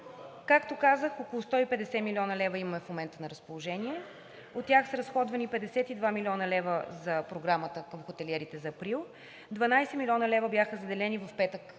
Както казах, около 150 млн. лв. има в момента на разположение. От тях са разходвани 52 млн. лв. за Програмата към хотелиерите за април, 12 млн. лв. бяха заделени – в петък